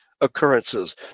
occurrences